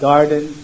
Garden